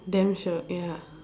damn shiok ya